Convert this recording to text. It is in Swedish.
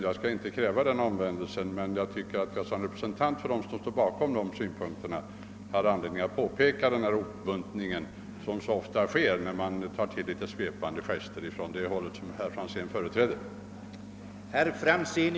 Jag skall inte kräva någon sådan omvändelse, men jag tycker att jag som representant för dem som står bakom dessa synpunkter har anledning att påtala denna hopbuntning, som är så vanlig när man tar till litet svepande gester från det håll som herr Franzén i Motala företräder.